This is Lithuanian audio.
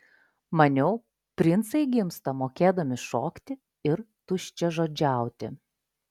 maniau princai gimsta mokėdami šokti ir tuščiažodžiauti